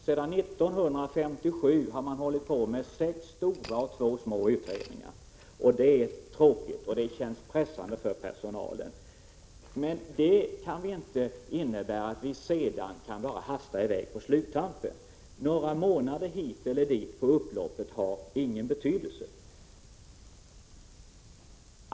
Sedan 1957 har man hållit på med sex stora och två små utredningar, och det är naturligtvis pressande för personalen. Men det får inte innebära att vi sedan bara kan hasta i väg på sluttampen. Några månader hit eller dit på upploppet har ingen betydelse.